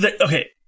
Okay